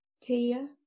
Tia